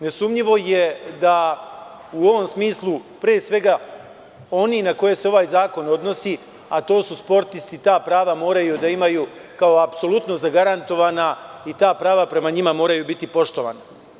Nesumnjivo je da u ovom smislu, pre svega oni na koje se ovaj zakon odnosi, a to su sportisti, ta prava moraju da imaju kao apsolutno zagarantovana i ta prava moraju biti poštovana.